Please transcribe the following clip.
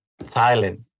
silent